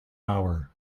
hour